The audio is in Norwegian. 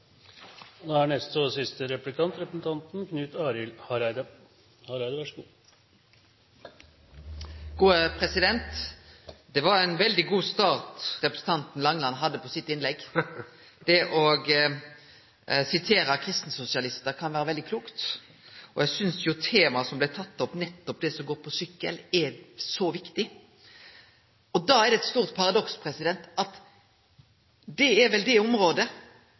var ein veldig god start representanten Langeland hadde på sitt innlegg. Det å sitere kristensosialistar kan vere veldig klokt, og eg synest jo at temaet som blei teke opp – nettopp det som går på sykkel – er viktig. Da er det eit stort paradoks at det er vel det området